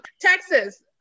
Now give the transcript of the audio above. Texas